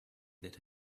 that